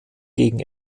gegen